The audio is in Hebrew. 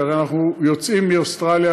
כי הרי אנחנו יוצאים מאוסטרליה,